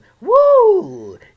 Woo